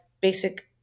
basic